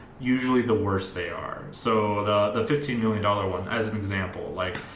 usually the worse they are. so the the fifteen million dollars one as an example like